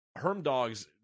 Hermdog's